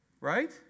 Right